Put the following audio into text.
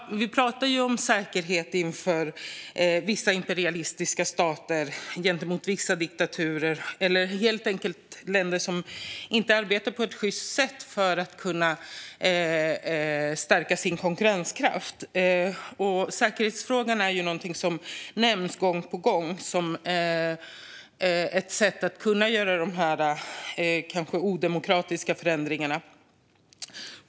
Vi pratar om säkerhet gentemot vissa imperialistiska stater, vissa diktaturer eller helt enkelt länder som inte arbetar på ett sjyst sätt för att stärka sin konkurrenskraft. Säkerhetsfrågan är någonting som nämns gång på gång som en anledning att kunna göra de här kanske odemokratiska förändringarna.